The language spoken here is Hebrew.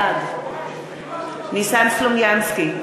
בעד ניסן סלומינסקי,